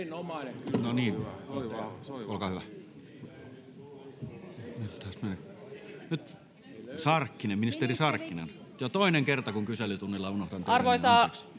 Arvoisa